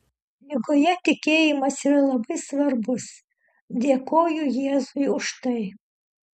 ligoje tikėjimas yra labai svarbus dėkoju jėzui už tai